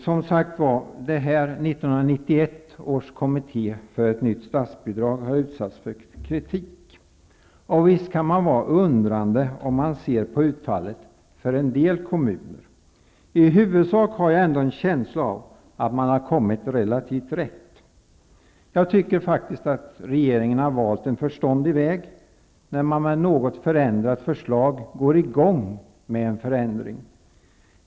Förslaget från 1991 års kommitté för ett nytt statsbidrag har utsatts för kritik. Visst kan man vara undrande när man ser utfallet för en del kommuner. I huvudsak har jag ändå en känsla av att man har kommit relativt rätt. Jag tycker faktiskt att regeringen har valt en förståndig väg när man med ett något förändrat förslag går i gång med en förändring.